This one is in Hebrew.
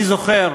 אני זוכר